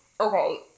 okay